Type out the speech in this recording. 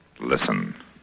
Listen